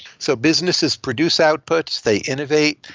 so businesses produce outputs. they innovate.